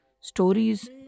Stories